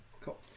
Cool